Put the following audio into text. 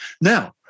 now